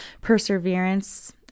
perseverance